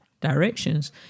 directions